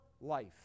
life